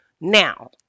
Now